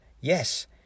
Yes